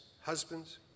husbands